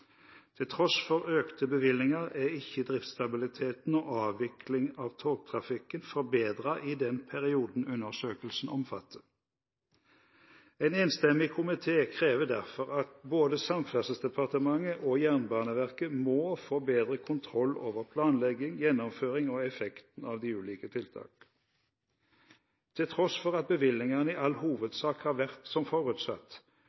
Til tross for økte bevilgninger er ikke driftsstabiliteten og avviklingen av togtrafikken forbedret i den perioden undersøkelsen omfatter. En enstemmig komité krever derfor at både Samferdselsdepartementet og Jernbaneverket må få bedre kontroll over planleggingen, gjennomføringen og effekten av de ulike tiltakene. Til tross for at bevilgningene i all